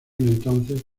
entonces